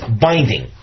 binding